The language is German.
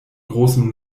großem